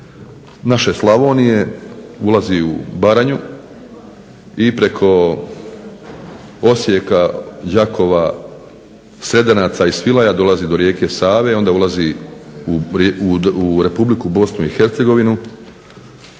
naše Slavonije, ulazi u Baranju, i preko Osijeka, Đakova, Sredenaca i Svilaja dolazi do rijeke Save, onda ulazi u Republiku Bosnu i Hercegovinu,